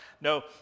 No